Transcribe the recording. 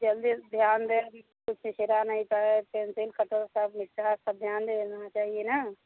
जल्दी ध्यान देना की कोई चुरा नहीं पाए पेंसिल कटर सब यह सब थोड़ा ध्यान देना चाहिए ना